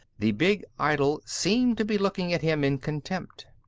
the big idol seemed to be looking at him in contempt.